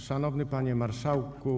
Szanowny Panie Marszałku!